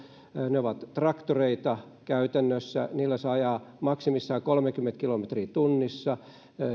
ne ovat traktoreita käytännössä niillä saa ajaa maksimissaan kolmeakymmentä kilometriä tunnissa niissä ei